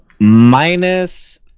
Minus